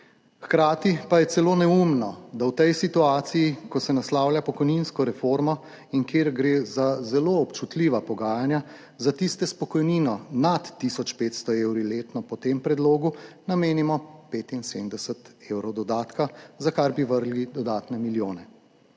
Hkrati pa je celo neumno, da v tej situaciji, ko se naslavlja pokojninsko reformo in kjer gre za zelo občutljiva pogajanja, za tiste s pokojnino nad tisoč 500 evri letno po tem predlogu namenimo 75 evrov dodatka, za kar bi vrgli dodatne milijone.